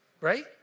right